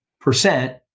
percent